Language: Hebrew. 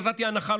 נתתי הנחה,